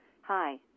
Hi